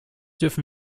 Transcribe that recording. dürfen